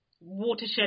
watershed